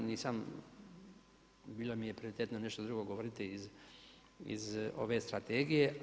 Nisam, bilo mi je prioritetno nešto drugo govoriti iz ove strategije.